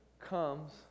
comes